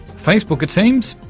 facebook, it seems,